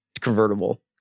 convertible